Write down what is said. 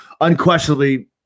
Unquestionably